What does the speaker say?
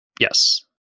Yes